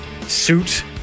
suit